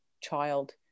child